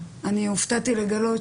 אני הופתעתי לגלות